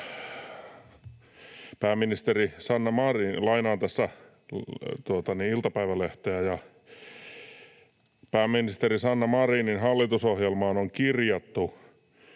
”Pääministeri Sanna Marinin hallitusohjelmaan on kirjattu,